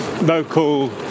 local